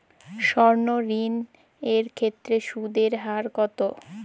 সর্ণ ঋণ এর ক্ষেত্রে সুদ এর হার কত?